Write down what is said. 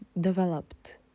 developed